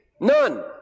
None